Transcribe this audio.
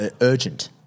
urgent